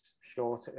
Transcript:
short